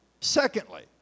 Secondly